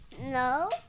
No